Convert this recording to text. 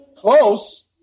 Close